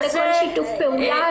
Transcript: ולכל שיתוף פעולה.